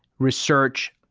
research.